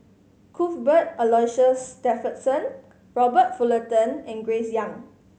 Cuthbert Aloysius Shepherdson Robert Fullerton and Grace Young